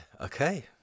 Okay